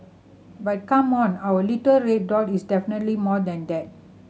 but come on our little red dot is definitely more than that